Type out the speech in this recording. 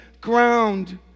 ground